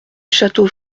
château